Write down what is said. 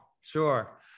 sure